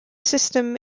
system